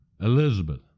Elizabeth